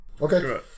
Okay